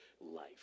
life